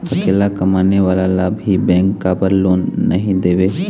अकेला कमाने वाला ला भी बैंक काबर लोन नहीं देवे?